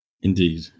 indeed